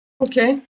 Okay